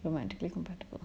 compatible